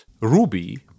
Ruby